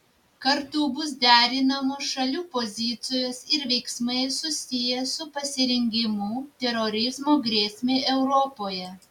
kartu bus derinamos šalių pozicijos ir veiksmai susiję su pasirengimu terorizmo grėsmei europoje